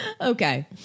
Okay